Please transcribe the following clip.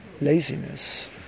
laziness